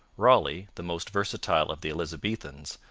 raleigh, the most versatile of the elizabethans,